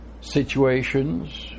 situations